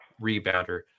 rebounder